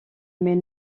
mais